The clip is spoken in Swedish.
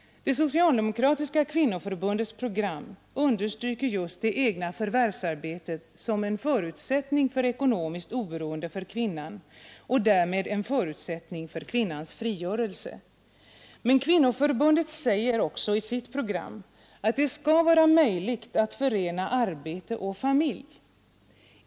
Det socialdemokratiska kvinnoförbundets program understryker just det egna förvärvsarbetet som en förutsättning för ekonomiskt oberoende för kvinnan, och därmed en förutsättning för kvinnans frigörelse. Men kvinnoförbundet säger också i sitt program att det skall vara möjligt att förena arbete och familj.